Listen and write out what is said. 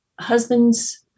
husband's